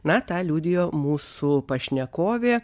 na tą liudijo mūsų pašnekovė